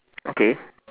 okay